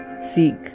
Seek